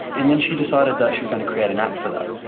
and then she decided that she was going to create an app for that.